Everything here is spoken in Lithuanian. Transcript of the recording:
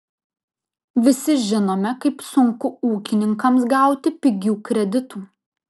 visi žinome kaip sunku ūkininkams gauti pigių kreditų